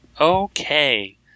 Okay